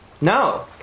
No